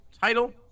title